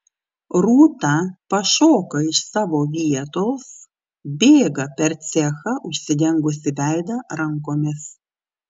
rūta pašoka iš savo vietos bėga per cechą užsidengusi veidą rankomis